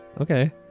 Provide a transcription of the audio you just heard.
okay